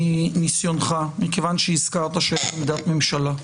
מניסיונך, מכיוון שהזכרת שאין עמדת ממשלה,